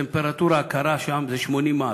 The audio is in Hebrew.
לטמפרטורה הקרה הוא 80 מעלות.